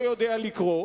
לא יודע לקרוא,